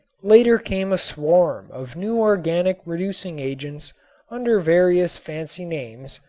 later came a swarm of new organic reducing agents under various fancy names,